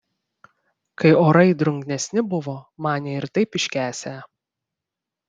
kai orai drungnesni buvo manė ir taip iškęsią